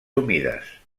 humides